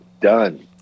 Done